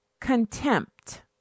contempt